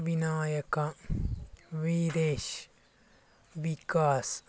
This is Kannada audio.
ವಿನಾಯಕ ವೀದೇಶ್ ವಿಕಾಸ್